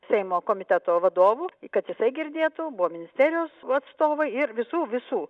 seimo komiteto vadovu kad jisai girdėtų buvo ministerijos atstovai ir visų visų